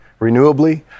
renewably